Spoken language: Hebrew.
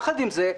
יחד עם זה,